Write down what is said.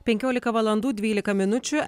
penkiolika valandų dvylika minučių